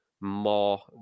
more